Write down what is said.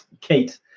Kate